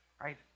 right